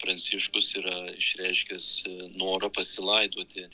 pranciškus yra išreiškęs norą pasilaidoti